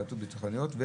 בעיות ביטחוניות,